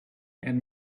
and